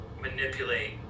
manipulate